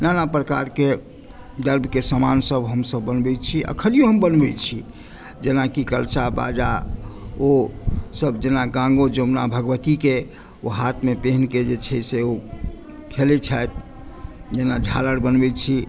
नाना प्रकारके द्रवके समान सभ हमसभ बनबै छी अखनियो हम बनबै छी जेना कि कलश बाजा ओ सभ जेना गङ्गो जमुना भगवतीके हाथमे ओ पहिनके जे छै से ओ खेलै छथि जेना झालड़ि बनबै छी